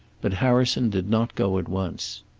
but harrison did not go at once.